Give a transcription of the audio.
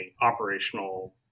operational